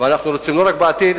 ולא רק בעתיד,